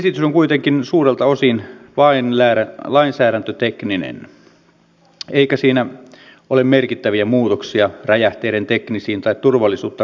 esitys on kuitenkin suurelta osin vain lainsäädäntötekninen eikä siinä ole merkittäviä muutoksia räjähteiden teknisiin tai turvallisuutta koskeviin vaatimuksiin